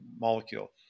molecule